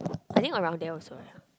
I think around there also lah